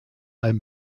einem